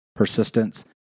persistence